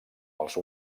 els